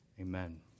Amen